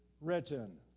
written